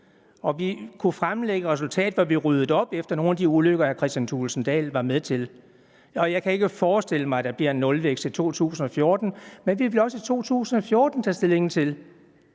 vi kunne fremlægge et resultat, hvor vi ryddede op efter nogle af de ulykker, som hr. Kristian Thulesen Dahl var med til at lave. Jeg kan ikke forestille mig, at der bliver nulvækst i 2014, men vi vil også i 2014 tage stilling til,